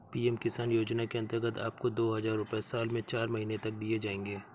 PM Kisan योजना के अंतर्गत आपको दो हज़ार रुपये साल में चार महीने तक दिए जाएंगे